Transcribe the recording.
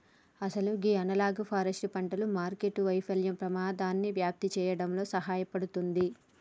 అసలు గీ analogue forest పంటలు మార్కెట్టు వైఫల్యం పెమాదాన్ని వ్యాప్తి సేయడంలో సహాయపడుతుంది